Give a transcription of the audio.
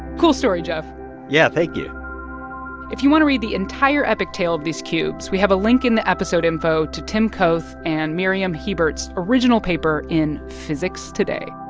cool story, geoff yeah, thank you if you want to read the entire epic tale of these cubes, we have a link in the episode info to tim koeth and miriam hiebert's original paper in physics today